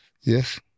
yes